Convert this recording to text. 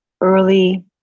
Early